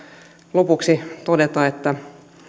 lopuksi todeta että